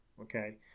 okay